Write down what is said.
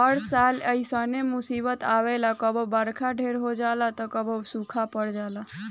हर साल ऐइसने मुसीबत आवेला कबो बरखा ढेर हो जाला त कबो सूखा पड़ जाला